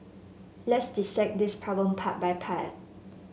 let's dissect this problem part by part